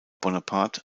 bonaparte